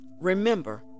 Remember